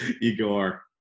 Igor